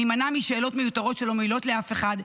נימנע משאלות מיותרות שלא מועילות לאף אחד,